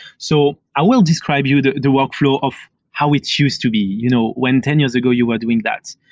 so i will describe you the the workfl ow of how it's used to be, you know when ten years ago you were doing that.